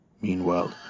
Meanwhile